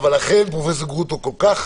לכן, פרופ' גרוטו, כל כך